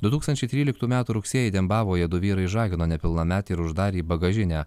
du tūkstančiai tryliktų metų rugsėjį dembavoje du vyrai išžagino nepilnametę ir uždarė į bagažinę